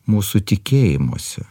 mūsų tikėjimuose